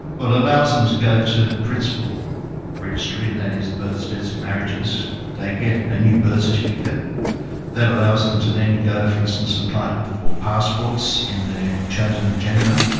well, it allows them to go to the principal registry, and that is births, deaths and marriages. they get a new birth certificate that allows them to then go for instance and apply for passports in their chosen gender.